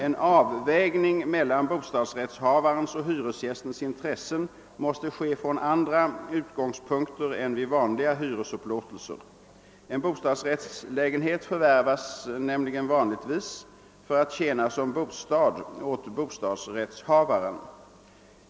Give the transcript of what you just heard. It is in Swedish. En avvägning mellan bostadsrättshavarens och hyresgästens intressen måste ske från andra utgångspunkter än vid vanliga hyresupplåtelser. En bostadsrättslägenhet förvärvas nämligen vanligtvis för att tjäna som bostad åt bostadsrättshavaren.